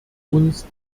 uns